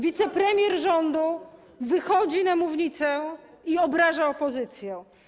Wicepremier rządu wychodzi na mównicę i obraża opozycję.